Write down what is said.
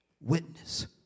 Witness